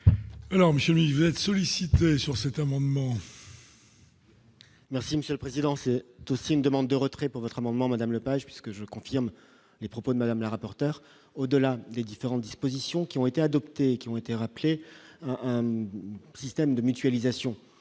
Alors Monsieur Nivel sollicité sur cet amendement. Merci Monsieur le Président, c'est aussi une demande de retrait pour votre amendement Madame Lepage puisque je confirme les propos de Madame la rapporteure au-delà des différentes dispositions qui ont été adoptés, qui ont été rappelés, un système de mutualisation,